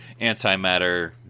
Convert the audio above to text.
antimatter